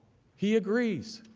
he agrees.